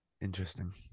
interesting